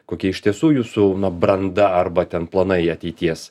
kokie iš tiesų jūsų na branda arba ten planai ateities